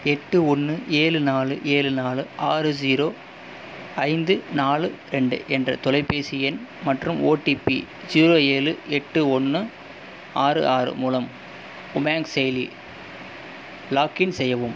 எட்டு ஒன்னு ஏழு நாலு ஏழு நாலு ஆறு ஜீரோ ஐந்து நாலு ரெண்டு என்ற தொலைபேசி எண் மற்றும் ஓடிபி ஜீரோ ஏழு எட்டு ஒன்று ஆறு ஆறு மூலம் உமாங் செயலி லாக் இன் செய்யவும்